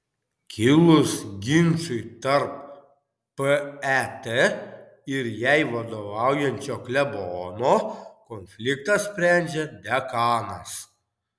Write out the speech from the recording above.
kilus ginčui tarp pet ir jai vadovaujančio klebono konfliktą sprendžia dekanas